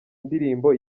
ndirimbo